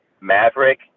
Maverick